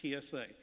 TSA